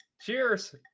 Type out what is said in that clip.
Cheers